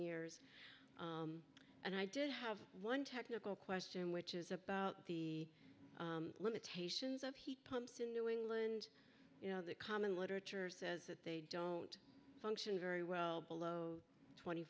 years and i did have one technical question which is about the limitations of heat pumps in new england you know the common literature says that they don't function very well below tw